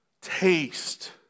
Taste